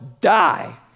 die